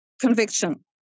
conviction